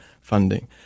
funding